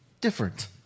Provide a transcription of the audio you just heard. different